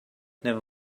never